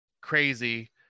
crazy